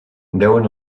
deuen